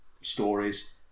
stories